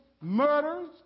murders